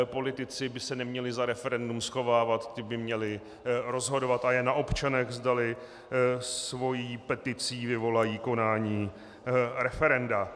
Politici by se neměli za referendum schovávat, ti by měli rozhodovat, a je na občanech, zda svou peticí vyvolají konání referenda.